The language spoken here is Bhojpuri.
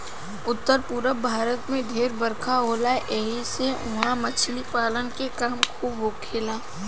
उत्तर पूरब भारत में ढेर बरखा होला ऐसी से उहा मछली पालन के काम खूब होखेला